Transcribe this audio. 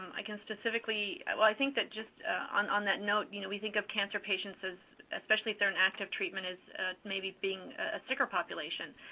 i can specifically well, i think that just on on that note, you know we think of cancer patients as, especially if they're in active treatment, as maybe being a sicker population.